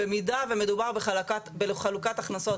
במידה ומדובר בחלוקת הכנסות,